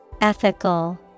Ethical